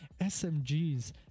SMGs